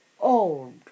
Old